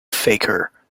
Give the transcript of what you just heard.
faker